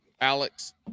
Alex